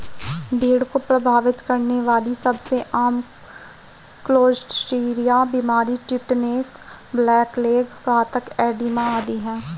भेड़ को प्रभावित करने वाली सबसे आम क्लोस्ट्रीडिया बीमारियां टिटनेस, ब्लैक लेग, घातक एडिमा आदि है